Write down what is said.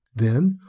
then,